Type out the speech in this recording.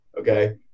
Okay